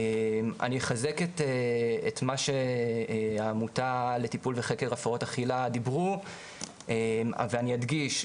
אני אחזק את מה שהעמותה לטיפול וחקר הפרעות אכילה דיברו ואני אדגיש,